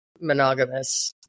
monogamous